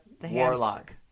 Warlock